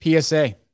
PSA